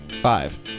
Five